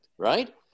right